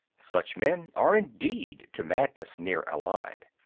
such men are indeed to madness near allied.